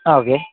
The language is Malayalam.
ആ ഓക്കെ